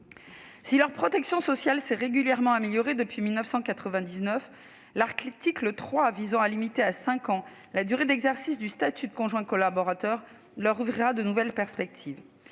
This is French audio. Si leur protection sociale s'est régulièrement améliorée depuis 1999, l'article 3 de la proposition de loi visant à limiter à cinq ans la durée d'exercice du statut de conjoint collaborateur leur ouvrira de nouvelles perspectives.